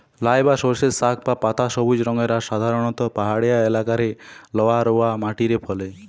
লাই বা সর্ষের শাক বা পাতা সবুজ রঙের আর সাধারণত পাহাড়িয়া এলাকারে লহা রওয়া মাটিরে ফলে